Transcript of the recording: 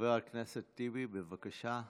חבר הכנסת טיבי, בבקשה.